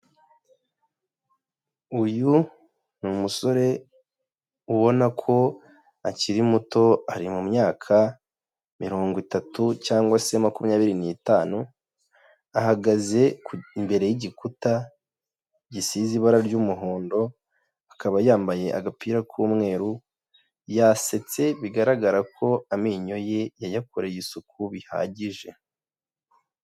Uyu ni umusore ubona ko akiri muto, ari mu myaka mirongo itatu cyangwa se makumyabiri n'itanu, ahagaze imbere y'igikuta gisize ibara ry'umuhondo, akaba yambaye agapira k'umweru, yasetse bigaragara ko amenyo ye yayakoreye isuku bihagije.